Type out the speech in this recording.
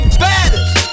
baddest